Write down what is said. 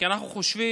כי אנחנו חושבים